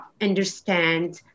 understand